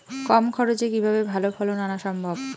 কম খরচে কিভাবে ভালো ফলন আনা সম্ভব?